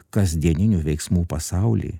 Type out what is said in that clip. kasdieninių veiksmų pasaulį